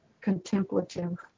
contemplative